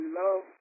love